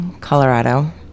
Colorado